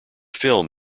film